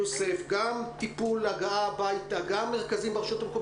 גם הגעה הביתה או מוקדים ברשויות,